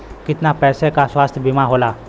कितना पैसे का स्वास्थ्य बीमा होला?